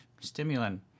stimulant